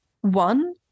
one